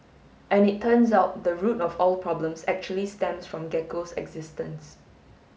and it turns out the root of all problems actually stems from Gecko's existence